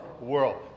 world